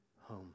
home